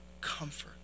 comfort